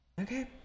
Okay